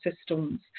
systems